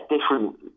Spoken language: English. different